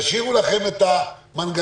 תשאירו לכם את המנגנון,